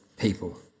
people